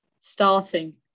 starting